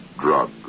drug